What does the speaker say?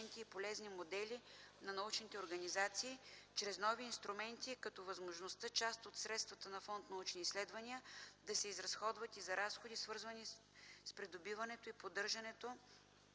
и полезни модели на научните организации чрез нови инструменти, като възможността част от средствата на фонд „Научни изследвания” да се изразходват и за разходи, свързани с придобиването и поддържането